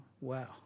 wow